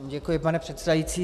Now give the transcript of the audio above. Děkuji, pane předsedající.